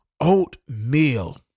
Oatmeal